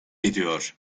ediyor